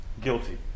guilty